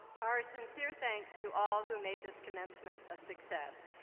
our sincere thanks to all who made this commencement a success.